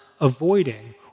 avoiding